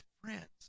friends